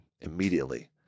Immediately